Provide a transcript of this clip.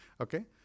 Okay